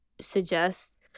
suggest